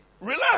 Relax